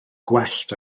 gwellt